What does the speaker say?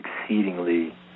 exceedingly